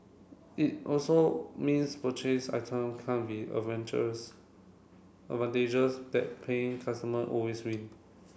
it also means purchased item can't be adventures advantageous that paying customer always win